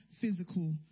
physical